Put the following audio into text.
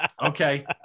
Okay